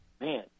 man